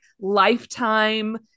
lifetime